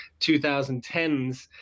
2010s